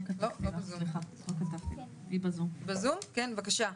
קסניה, בבקשה.